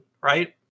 right